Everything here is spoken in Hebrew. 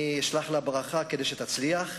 אני אשלח לה ברכה כדי שתצליח,